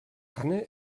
anne